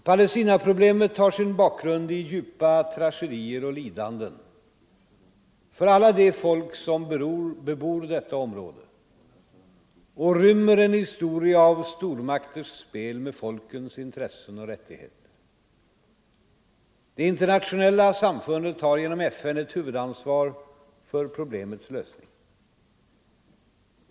Palestinaproblemet har sin bakgrund i djupa tragedier och lidanden för alla de folk som bebor detta område och rymmer en historia av stormakters spel med folkens intressen och rättigheter. Det internationella samfundet har genom FN ett huvudansvar för problemets lösning.